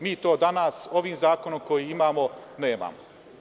Mi to danas ovim zakonom koji imamo nemamo.